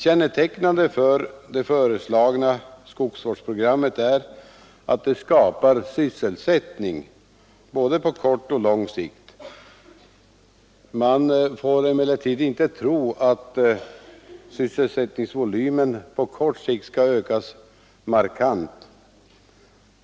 Kännetecknande för det föreslagna skogsvårdsprogrammet är att det skapar sysselsättning på både kort och lång sikt. Man får emellertid inte tro att sysselsättningsvolymen på kort sikt skall ökas markant.